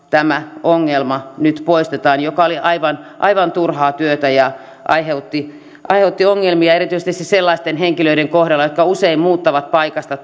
nyt poistetaan tämä ongelma joka oli aivan aivan turhaa työtä ja aiheutti aiheutti ongelmia erityisesti sellaisten henkilöiden kohdalla jotka usein muuttavat paikasta